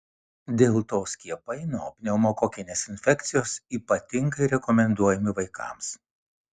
dėl to skiepai nuo pneumokokinės infekcijos ypatingai rekomenduojami vaikams